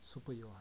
super 油